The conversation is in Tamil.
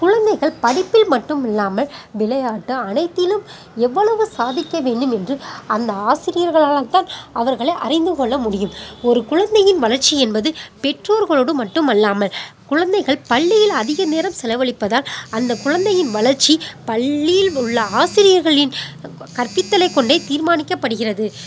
குழந்தைகள் படிப்பில் மட்டுமில்லாமல் விளையாட்டு அனைத்திலும் எவ்வளவு சாதிக்க வேண்டும் என்று அந்த ஆசிரியர்களால் தான் அவர்களை அறிந்து கொள்ள முடியும் ஒரு குழந்தையின் வளர்ச்சி என்பது பெற்றோர்களோடு மட்டுமல்லாமல் குழந்தைகள் பள்ளியில் அதிக நேரம் செலவழிப்பதால் அந்த குழந்தையின் வளர்ச்சி பள்ளியில் உள்ள ஆசிரியர்களின் கற்பித்தலைக் கொண்டே தீர்மானிக்கப்படுகிறது